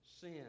sin